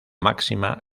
máxima